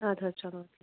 اَدٕ حظ چلو